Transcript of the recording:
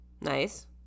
Nice